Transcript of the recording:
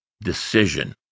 decision